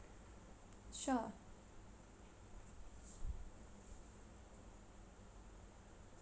sure